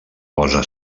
posa